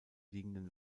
liegenden